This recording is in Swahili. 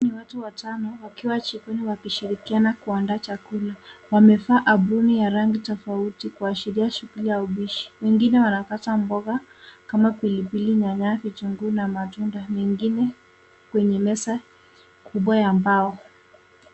Watu watano wakiwa shughuli wakishirikiana kuandaa chakula. Wamevaa aproni ya rangi tofauti kuashiria shughuli ya upishi. Wengine wanakata mboga kama pilipili, nyanya, kitunguu na matunda kwenye meza kubwa ya mbao.